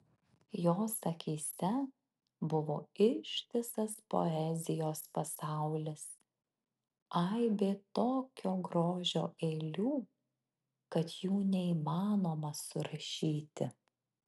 jos akyse buvo ištisas poezijos pasaulis aibė tokio grožio eilių kad jų neįmanoma surašyti